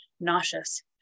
nauseous